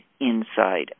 inside